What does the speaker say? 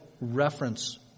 reference